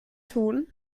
tun